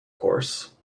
course